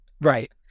Right